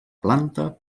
planta